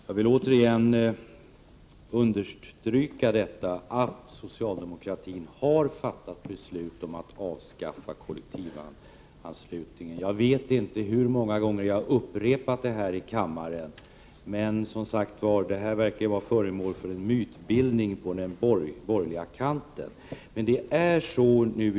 Fru talman! Jag vill återigen understryka att socialdemokratin har fattat beslut om att avskaffa kollektivanslutningen. Jag vet inte hur många gånger jag har upprepat detta här i kammaren, men saken tycks som sagt vara föremål för en mytbildning på den borgerliga kanten.